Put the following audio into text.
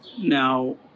Now